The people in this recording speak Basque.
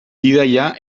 bidaia